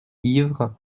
ivre